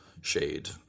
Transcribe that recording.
shade